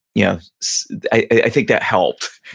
yeah so i think that helped